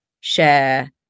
share